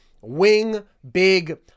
wing-big